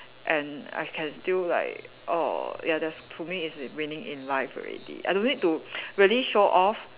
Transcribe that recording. and I can still like err ya that's to me is like winning in life already I don't need to really show off